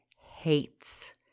hates